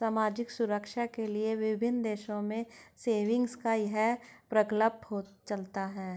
सामाजिक सुरक्षा के लिए विभिन्न देशों में सेविंग्स का यह प्रकल्प चलता है